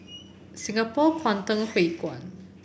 Singapore Kwangtung Hui Kuan